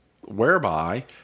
whereby